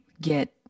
get